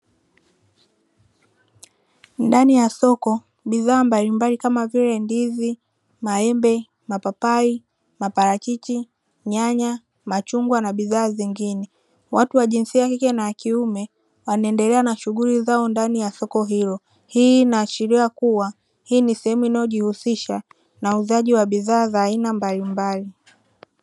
Ndani ya soko bidhaa mbalimbali kama vile: ndizi, maembe, mapapai, maparachichi, nyanya, machungwa na bidhaa zingine. Watu wa jinsia keke na wa kiume anaendelea na shughuli zao ndani ya soko hilo. Hii inaashiria kuwa hii ni sehemu inayojihusisha na uuzaji wa bidhaa za aina mbalimbali.